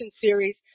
Series